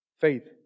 Faith